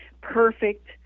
perfect